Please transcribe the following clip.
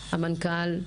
המנכל,